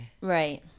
Right